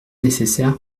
nécessaire